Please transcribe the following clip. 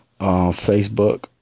Facebook